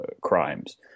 crimes